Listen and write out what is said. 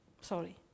sorry